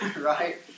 right